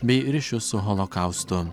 bei ryšius su holokaustu